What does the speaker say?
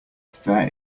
fair